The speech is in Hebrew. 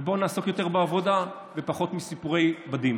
ובואו נעסוק יותר בעבודה ופחות בסיפורי בדים.